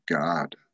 God